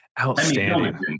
Outstanding